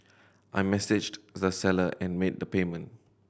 I messaged the seller and made the payment